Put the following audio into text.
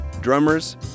drummers